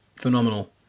phenomenal